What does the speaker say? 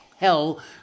Hell